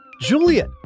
Juliet